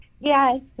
Yes